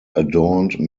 adorned